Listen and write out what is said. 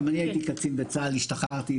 גם אני הייתי קצין בצה"ל, השתחררתי.